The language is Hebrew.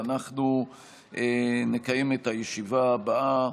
ואנחנו נקיים את הישיבה הבאה,